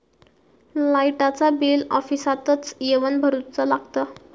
लाईटाचा बिल ऑफिसातच येवन भरुचा लागता?